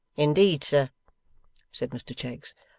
indeed, sir said mr cheggs.